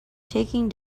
taking